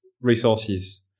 resources